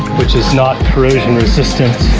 which is not corrosion resistant.